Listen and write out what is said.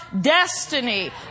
destiny